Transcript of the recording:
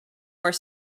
more